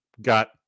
got